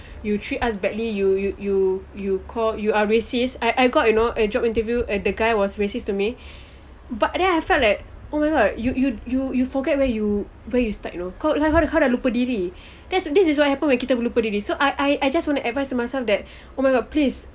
you treat us badly you you you you call you are racists I I got you know a job interview and the guy was racist to me but then I felt like oh my god you you you you forget where you where you start you kau kau dah lupa diri kan this is what happen when kita lupa diri so I I I just want to advice myself that oh my god please